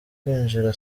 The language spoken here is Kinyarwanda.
kwinjira